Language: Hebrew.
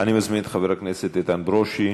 אני מזמין את חבר הכנסת איתן ברושי,